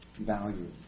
value